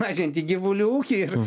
mažinti gyvulių ūkį ir